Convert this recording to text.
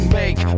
make